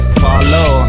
follow